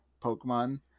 pokemon